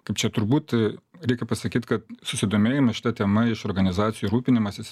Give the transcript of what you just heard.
kaip čia turbūt reikia pasakyt kad susidomėjimas šita tema iš organizacijų rūpinimasis